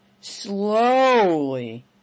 Slowly